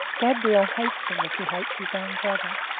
gabriel hates him as he hates his own brother.